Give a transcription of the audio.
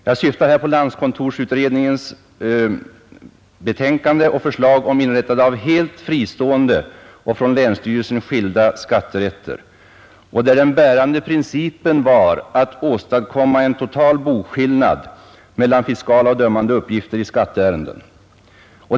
Jag syftar här på landskontorsutredningens betänkande och förslag om inrättande av helt fristående och från länsstyrelsen skilda skatterätter, där den bärande principen var att åstadkomma total boskillnad mellan fiskala och dömande uppgifter i skatteärenden.